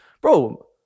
bro